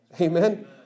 Amen